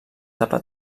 tapa